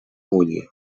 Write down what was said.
vulgui